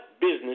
business